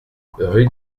rue